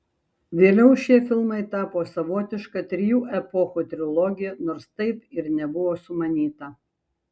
vėliau šie filmai tapo savotiška trijų epochų trilogija nors taip ir nebuvo sumanyta